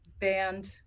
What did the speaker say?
band